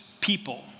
people